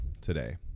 today